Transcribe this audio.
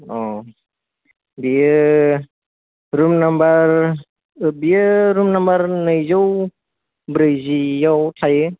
औ बियो room number बियो रुम नाम्बार नैजौ ब्रैजि आव थायो